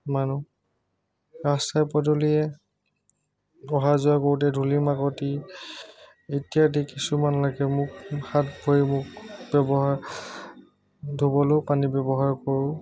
মানুহ ৰাস্তা পদূলিয়ে অহা যোৱা কৰোঁতে ধূলি মাকতি যেতিয়া দেখিছোঁ কিছুমান একে মোক হাত ভৰি ব্যৱহাৰ ধুবলৈও পানী ব্যৱহাৰ কৰোঁ